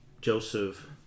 Joseph